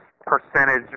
percentage